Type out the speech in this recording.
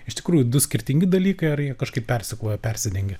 iš tikrųjų du skirtingi dalykai ar jie kažkaip persikloja persidengia